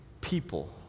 people